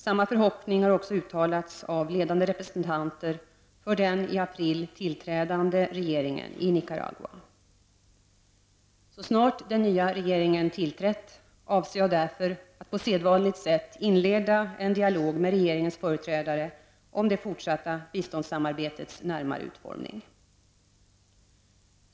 Samma förhoppning har också uttalats av ledande representanter för den i april tillträdande regeringen i Nicaragua. Så snart den nya regeringen tillträtt avser jag därför att på sedvanligt sätt inleda en dialog med regeringens företrädare om det fortsatta biståndssamarbetets närmare utformning.